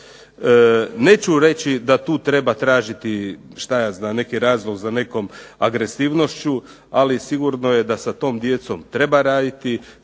Neću reći da tu treba tražiti šta ja znam neki razlog za nekom agresivnošću. Ali sigurno je da sa tom djecom treba raditi